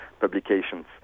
publications